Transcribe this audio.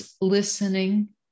Listening